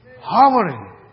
hovering